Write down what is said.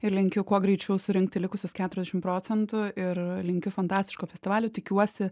ir linkiu kuo greičiau surinkti likusius keturiasdešim procentų ir linkiu fantastiško festivalio tikiuosi